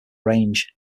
range